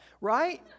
right